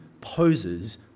poses